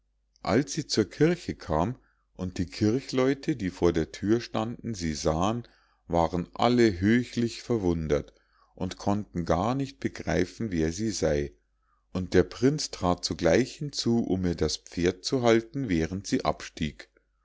als sie zur kirche kam und die kirchleute die vor der thür standen sie sahen waren alle höchlich verwundert und konnten gar nicht begreifen wer sie sei und der prinz trat sogleich hinzu um ihr das pferd zu halten während sie abstieg